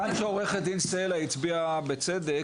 כיוון שעורכת דין סלע הצביעה בצדק,